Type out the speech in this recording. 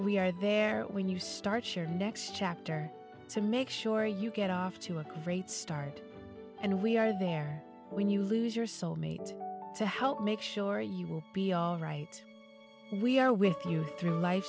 we are there when you start share next chapter to make sure you get off to a great start and we are there when you lose your soul mate to help make sure you will be all right we are with you through life